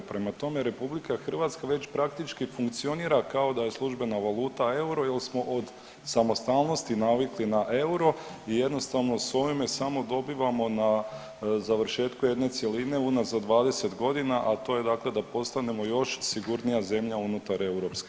Prema tome, RH već praktički funkcionira kao da je službena valuta euro jel smo od samostalnosti navikli na euro i jednostavno s ovime samo dobivamo na završetku jedne cjeline unazad 20.g., a to je dakle da postanemo još sigurnija zemlja unutar EU.